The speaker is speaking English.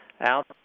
out